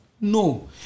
No